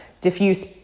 diffuse